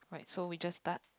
so we just start